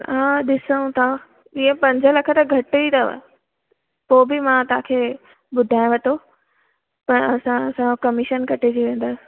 ॾिसूं था इहो पंज लख त घटि ई अथव पोइ बि मां तव्हां खे ॿुधायांव थो पर असांसा कमिशन कटिजी वेंदव